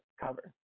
cover